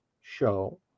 show